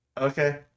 Okay